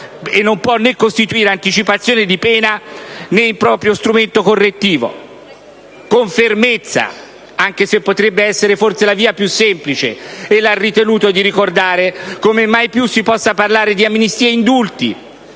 e non può né costituire anticipazione di pena né improprio strumento correttivo. Con fermezza, anche se potrebbe essere forse la via più semplice, ella ha ritenuto di ricordare come mai più si possa parlare di amnistie e indulti,